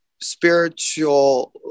spiritual